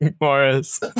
Morris